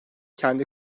kendi